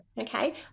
okay